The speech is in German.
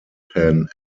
pan